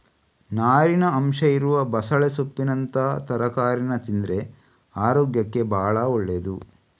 ನಾರಿನ ಅಂಶ ಇರುವ ಬಸಳೆ ಸೊಪ್ಪಿನಂತಹ ತರಕಾರೀನ ತಿಂದ್ರೆ ಅರೋಗ್ಯಕ್ಕೆ ಭಾಳ ಒಳ್ಳೇದು